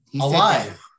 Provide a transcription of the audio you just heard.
Alive